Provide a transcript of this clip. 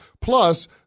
Plus